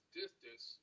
distance